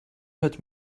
het